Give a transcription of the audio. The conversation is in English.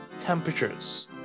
temperatures